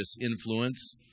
influence